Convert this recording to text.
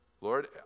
Lord